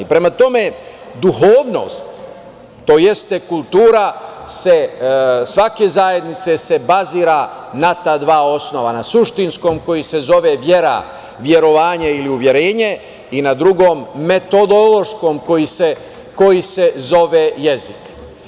Prema tome, duhovnost, to jeste kultura svake zajednice, se bazira na ta dva osnova, na suštinskom koji se zove vera, verovanje ili uverenje, i na drugom metodološkom koji se zove jezik.